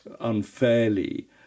unfairly